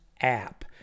app